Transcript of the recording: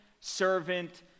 servant